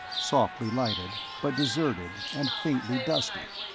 softly lighted, but deserted and faintly dusty.